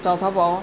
找淘宝 lor